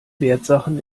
wertsachen